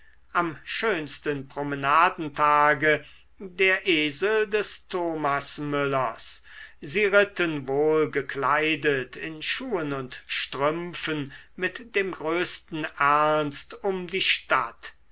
am schönsten promenadentage der esel des thomasmüllers sie ritten wohl gekleidet in schuhen und strümpfen mit dem größten ernst um die stadt